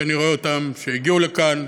שאני רואה אותם שהגיעו לכאן,